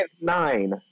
nine